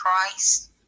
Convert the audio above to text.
Christ